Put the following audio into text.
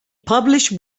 published